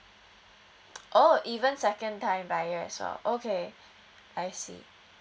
oh even second time buyer also okay I see